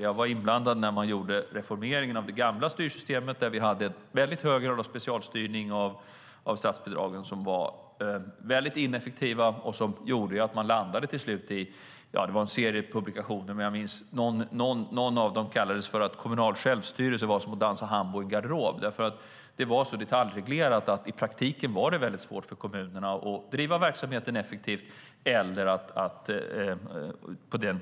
Jag var inblandad när man reformerade det gamla styrsystemet, där vi hade en hög grad av specialstyrning av statsbidragen som var väldigt ineffektiv. Till slut landade man i en serie publikationer. I någon av dem sades det att kommunalt självstyre var som att dansa hambo i en garderob; det var så detaljreglerat att det i praktiken var väldigt svårt för kommunerna att driva verksamheten effektivt